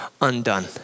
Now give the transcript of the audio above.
undone